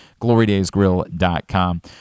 glorydaysgrill.com